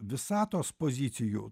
visatos pozicijų